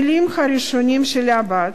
בלי להתחשב במאפיינים התרבותיים של הילדים.